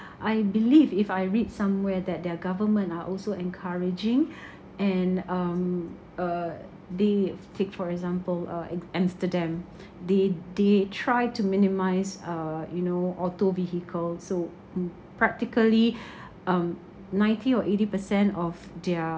I believe if I read somewhere that their government are also encouraging and um uh they take for example uh a~ Amsterdam they they try to minimise uh you know auto vehicle so practically um ninety or eighty per cent of their